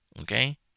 okay